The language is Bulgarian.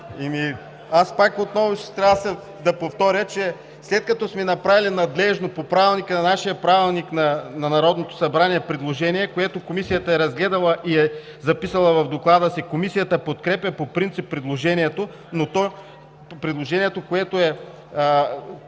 Аз пак отново трябва да повторя, че след като сме направили надлежно по Правилника на Народното събрание предложение, което Комисията е разгледала и е записала в Доклада си: „Комисията подкрепя по принцип предложението“, което е за основен